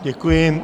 Děkuji.